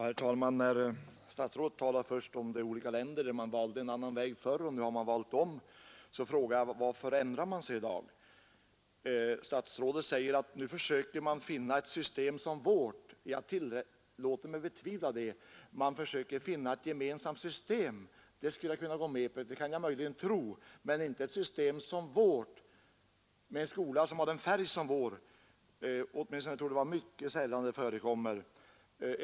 Herr talman! När statsrådet först talar om de olika länder där man förut valde en annan väg och nu har valt om, så frågar jag varför man ändrar sig i dag. Statsrådet säger att man nu försöker finna ett system som vårt. Jag tillåter mig betvivla det. Man försöker finna ett gemensamt system, det kan jag möjligen tro, men inte ett system med en skola som har en sådan färg som vår. Åtminstone torde det vara mycket sällan detta förekommer.